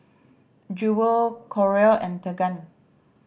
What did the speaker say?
Jewell Carole and Tegan